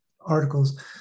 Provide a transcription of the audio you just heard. articles